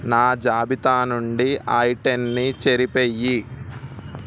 నా జాబితా నుండి ఆ ఐటెంన్ని చెరిపెయ్యి